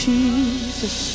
Jesus